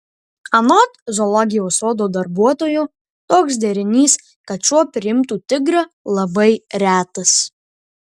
anot zoologijos sodo darbuotojo toks derinys kad šuo priimtų tigrą labai retas